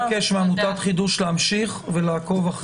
עוד 20 דקות אנחנו צריכים לסיים את